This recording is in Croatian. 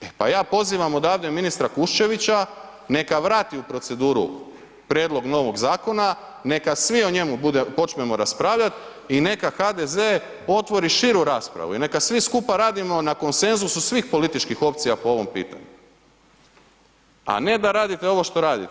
E, pa ja pozivam odavde ministra Kuščevića neka vrati u proceduru prijedlog novog zakona, neka svi o njemu počmemo raspravljat i neka HDZ otvori širu raspravu i neka svi skupa radimo na konsenzusu svih političkih opcija po ovom pitanju, a ne da radite ovo što radite.